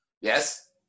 Yes